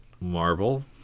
Marvel